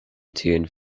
tuned